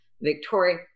Victoria